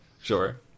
sure